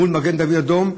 למגן דוד אדום,